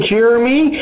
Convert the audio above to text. Jeremy